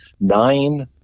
Nine